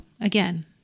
again